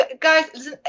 guys